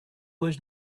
was